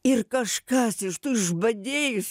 ir kažkas iš tų išbadėjus